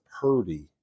Purdy